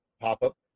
pop-up